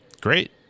Great